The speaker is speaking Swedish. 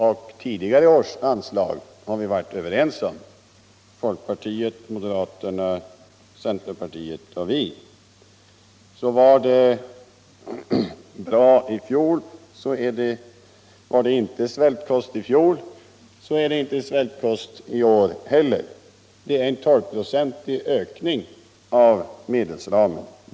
Och tidigare års anslag har det rått enighet om mellan folkpartiet, moderaterna, centerpartiet och oss. Var det inte svältkost i fjol så är det inte svältkost i år heller. Det är en 12-procentig ökning av medelsramen.